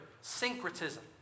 syncretism